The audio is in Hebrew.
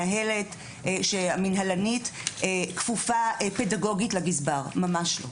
שהמנהלנית כפופה פדגוגית לגזבר, ממש לא.